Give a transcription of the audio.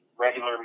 regular